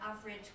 average